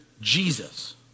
Jesus